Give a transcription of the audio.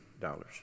dollars